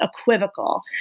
equivocal